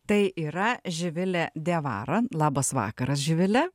tai yra živilė diavara labas vakaras živile